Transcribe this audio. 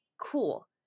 Cool